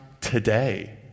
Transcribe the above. today